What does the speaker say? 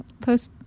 post-